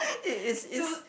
it is is